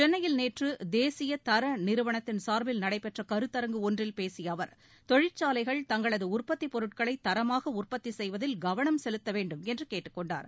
சென்னையில் நேற்று தேசிய தர நிறுவனத்தின் சா்பில் நடைபெற்ற கருத்தரங்கு ஒன்றில் பேசிய அவர் தொழிற்சாலைகள் தங்களது உற்பத்திப் பொருட்களை தரமாக உற்பத்தி செய்வதில் கவனம் செலுத்த வேண்டும் என்று கேட்டுக்கொண்டார்